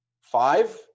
five